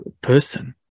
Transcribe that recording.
person